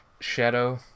Shadow